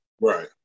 right